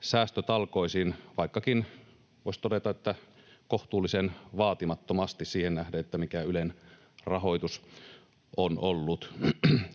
säästötalkoisiin, vaikkakin voisi todeta, että kohtuullisen vaatimattomasti siihen nähden, mikä Ylen rahoitus on ollut.